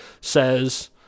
says